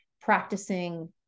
practicing